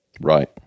Right